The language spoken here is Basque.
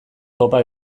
topa